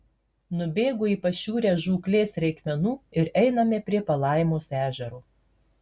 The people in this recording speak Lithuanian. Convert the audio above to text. nubėgu į pašiūrę žūklės reikmenų ir einame prie palaimos ežero